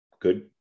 good